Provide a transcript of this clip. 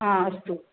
हा अस्तु